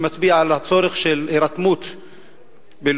שמצביע על הצורך בהירתמות בין-לאומית,